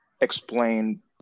explain